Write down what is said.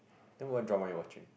that what drama you watching